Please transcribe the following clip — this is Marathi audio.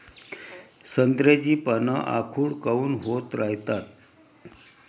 संत्र्याची पान आखूड काऊन होत रायतात?